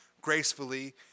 gracefully